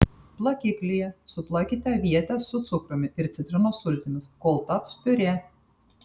plakiklyje suplakite avietes su cukrumi ir citrinos sultimis kol taps piurė